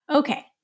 Okay